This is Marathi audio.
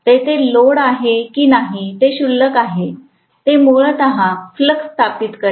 तेथे लोड आहे की नाही ते क्षुल्लक आहे ते मूलत फ्लक्स स्थापित करेल